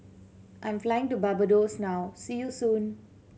I'm flying to Barbados now see you soon